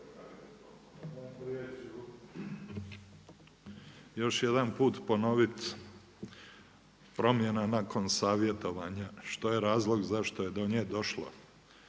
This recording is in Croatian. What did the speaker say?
Još jedan put ponovit promjena nakon savjetovanja, što je razlog zašto je do nje došlo,